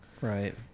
Right